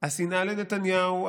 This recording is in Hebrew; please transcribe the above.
השנאה לנתניהו,